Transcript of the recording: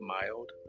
mild